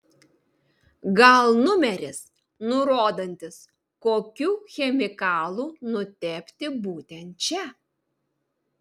gal numeris nurodantis kokiu chemikalu nutepti būtent čia